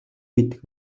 мэдэх